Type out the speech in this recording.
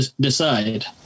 decide